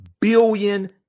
billion